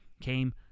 came